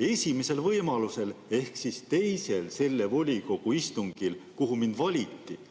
esimesel võimalusel ehk teisel selle volikogu istungil, kuhu mind valiti,